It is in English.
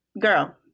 girl